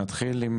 נתחיל עם